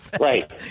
Right